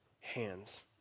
hands